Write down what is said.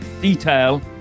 detail